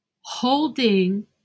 holding